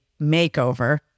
makeover